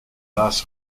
thus